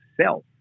self